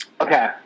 Okay